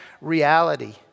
reality